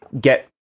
get